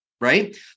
Right